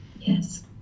Yes